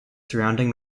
surrounding